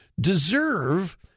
deserve